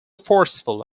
forceful